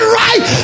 right